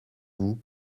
vous